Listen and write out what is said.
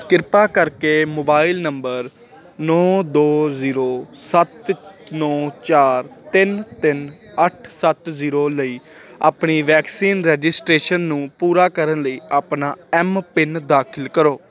ਕਿਰਪਾ ਕਰਕੇ mobile number ਨੌਂ ਦੋ ਜ਼ੀਰੋ ਸੱਤ ਨੌਂ ਚਾਰ ਤਿੰਨ ਤਿੰਨ ਅੱਠ ਸੱਤ ਜ਼ੀਰੋ ਲਈ ਆਪਣੀ ਵੈਕਸੀਨ ਰਜਿਸਟ੍ਰੇਸ਼ਨ ਨੂੰ ਪੂਰਾ ਕਰਨ ਲਈ ਆਪਣਾ ਐੱਮ ਪਿੰਨ ਦਾਖਲ ਕਰੋ